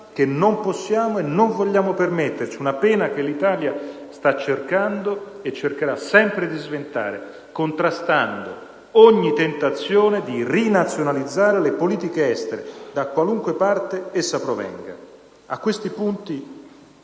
che non possiamo e non vogliamo permetterci. È una pena che l'Italia sta cercando e cercherà sempre di sventare, contrastando ogni tentazione di rinazionalizzare le politiche estere, da qualunque parte essa si manifesti. A questi punti,